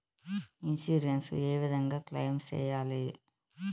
Insurance ఏ విధంగా claim సేయాలి?